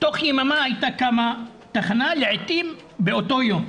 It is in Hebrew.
תוך יממה הייתה קמה תחנה, לעתים באותו יום.